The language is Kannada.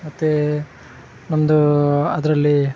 ಮತ್ತು ನಮ್ಮದು ಅದರಲ್ಲಿ